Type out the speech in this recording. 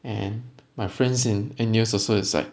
and my friends in and N_U_S also is like